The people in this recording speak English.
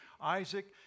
Isaac